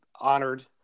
honored